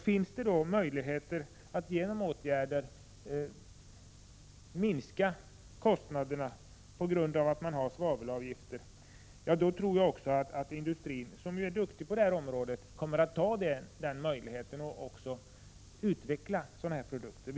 Finns det möjlighet att vidta åtgärder som minskar kostnaderna för svavelavgifter tror vi att industrin, där man har duktigt folk, kommer att ta vara på den möjligheten och utveckla en bättre reningsteknik.